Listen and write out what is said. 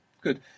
Good